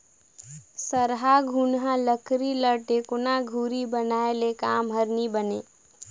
सरहा घुनहा लकरी कर टेकोना धूरी बनाए ले काम हर नी बने